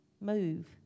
move